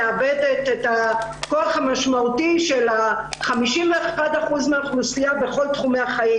מאבדת את הכוח המשמעותי של 51% מן האוכלוסייה בכל תחומי החיים.